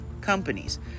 companies